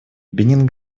бенин